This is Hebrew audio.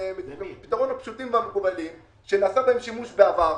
הפתרונות הפשוטים והמקובלים שנעשה בהם שימוש בעבר.